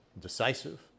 decisive